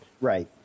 Right